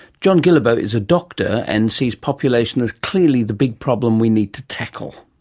john guillebaud is a doctor and sees population as clearly the big problem we need to tackle.